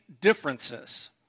differences